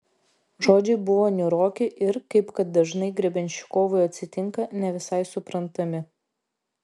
žodžiai buvo niūroki ir kaip kad dažnai grebenščikovui atsitinka ne visai suprantami